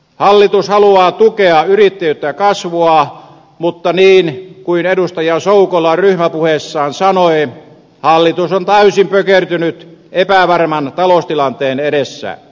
hallitus haluaa tukea yrittäjyyttä ja kasvua mutta niin kuin edustaja soukola ryhmäpuheessaan sanoi hallitus on täysin pökertynyt epävarman taloustilanteen edessä